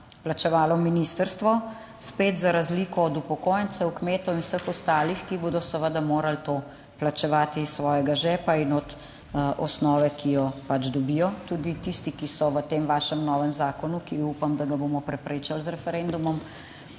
plačevalo ministrstvo, spet za razliko od upokojencev, kmetov in vseh ostalih, ki bodo seveda morali to plačevati iz svojega žepa in od osnove, ki jo pač dobijo? Tudi tistim, ki so v tem vašem novem zakonu, ki upam, da ga bomo preprečili z referendumom,